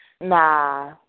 Nah